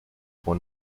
when